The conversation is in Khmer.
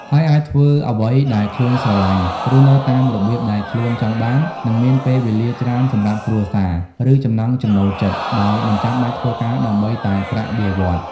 ហើយអាចធ្វើអ្វីដែលខ្លួនស្រឡាញ់ រស់នៅតាមរបៀបដែលខ្លួនចង់បាន និងមានពេលវេលាច្រើនសម្រាប់គ្រួសារ ឬចំណង់ចំណូលចិត្ត ដោយមិនចាំបាច់ធ្វើការដើម្បីតែប្រាក់បៀវត្សរ៍។